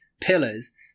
pillars